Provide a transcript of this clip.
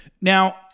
Now